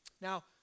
Now